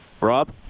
Rob